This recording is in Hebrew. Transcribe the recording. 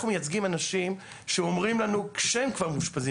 אנחנו מייצגים אנשים שאומרים לנו כשהם כבר מאושפזים